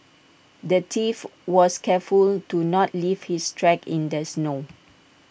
the thief was careful to not leave his tracks in the snow